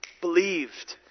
believed